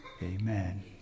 Amen